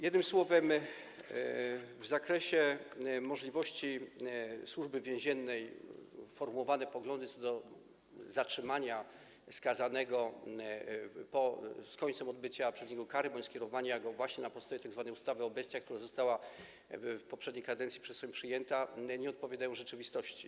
Jednym słowem, w zakresie możliwości Służby Więziennej formułowane poglądy co do zatrzymania skazanego z końcem odbycia przez niego kary bądź skierowania go właśnie na podstawie tzw. ustawy o bestiach, która została w poprzedniej kadencji przyjęta przez Sejm, nie odpowiadają rzeczywistości.